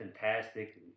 Fantastic